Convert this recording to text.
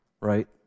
right